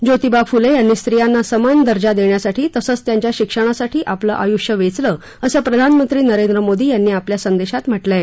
जोतिबा फुले यांनी रित्रयांना समान दर्जा देण्यासाठी तसंच त्यांच्या शिक्षणासाठी आपलं आयुष्य वेचलं असं प्रधानमंत्री नरेंद्र मोदी यांनी आपल्या संदेशात म्हटलं आहे